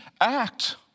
act